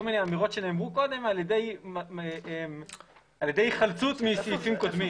מיני אמירות שנאמרו קודם על ידי היחלצות מסעיפים קודמים.